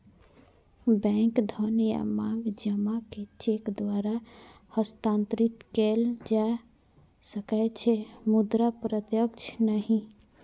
bank धन या मांग जमा कें चेक द्वारा हस्तांतरित कैल जा सकै छै, मुदा प्रत्यक्ष नहि